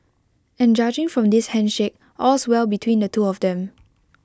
and judging from this handshake all's well between the two of them